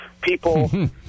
people